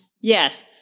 Yes